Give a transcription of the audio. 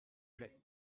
plait